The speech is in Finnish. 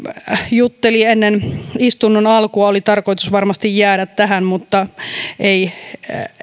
jutteli ennen istunnon alkua oli tarkoitus varmasti jäädä tähän mutta ei